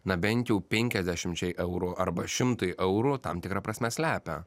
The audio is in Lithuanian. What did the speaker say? na bent jau penkiasdešimčiai eurų arba šimtui eurų tam tikra prasme slepia